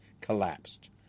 collapsed